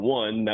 one